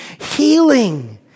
healing